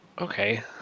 Okay